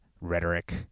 rhetoric